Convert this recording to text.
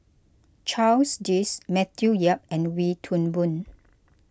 Charles Dyce Matthew Yap and Wee Toon Boon